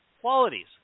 qualities